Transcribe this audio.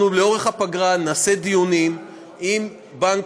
אנחנו לאורך הפגרה נעשה דיונים עם בנק